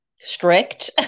strict